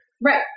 Right